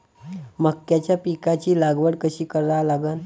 मक्याच्या पिकाची लागवड कशी करा लागन?